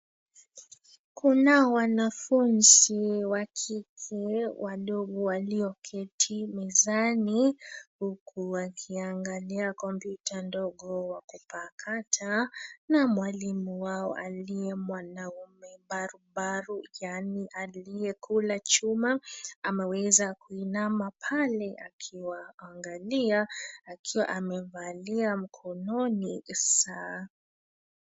Kunao wanafunzi wa kike, wadogo walioketi mezani huku wakiangalia kompyuta ndogo wa kupakata na mwalimu wao aliye mwanaume barubaru aliyekula chum, ameweza kuinama pale akiwaangalia, akiwa amevalia mkononi saa.